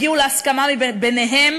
הגיעו להסכמה ביניהם,